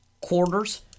quarters